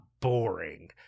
boring